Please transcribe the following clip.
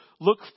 look